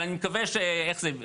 אבל אני מקווה, איך זה,